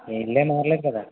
ఇళ్ళేం మారలేదు కదా